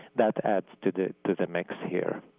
that adds to the to the mix here.